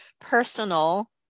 personal